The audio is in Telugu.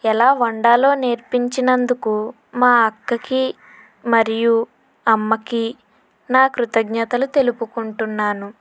ఎలా వండాలో నేర్పించినందుకు మా అక్కకి మరియు అమ్మకి నా కృతజ్ఞతలు తెలుపుకుంటున్నాను